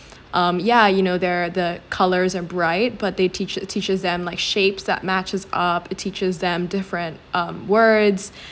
um ya you know there are the colours and bright but they teach it teaches them like shapes that matches up teaches them different um words